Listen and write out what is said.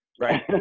Right